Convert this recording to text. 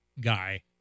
guy